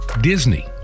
Disney